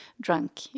drunk